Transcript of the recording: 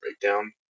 breakdown